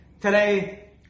Today